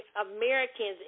Americans